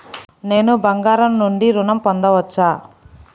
నేను బంగారం నుండి ఋణం పొందవచ్చా?